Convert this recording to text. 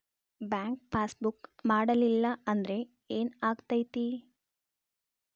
Bank passbook ಮಾಡಲಿಲ್ಲ ಅಂದ್ರೆ ಏನ್ ಆಗ್ತೈತಿ?